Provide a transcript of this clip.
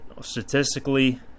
statistically